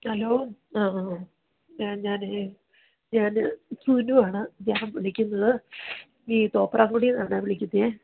hello ആ ആ ആ ഞാൻ ഞാൻ ഞാൻ സുനുവാണ് ഞാൻ വിളിക്കുന്നത് ഈ തോപ്രാംകൊടിന്ന് ആണ് വിളിക്കുന്നത്